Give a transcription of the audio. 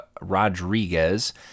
Rodriguez